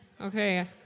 Okay